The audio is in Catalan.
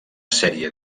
sèrie